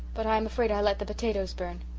but i am afraid i let the potatoes burn.